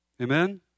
Amen